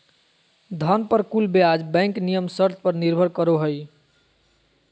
धन पर कुल ब्याज बैंक नियम शर्त पर निर्भर करो हइ